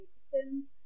Systems